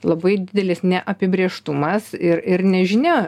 labai didelis neapibrėžtumas ir ir nežinia